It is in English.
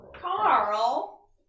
Carl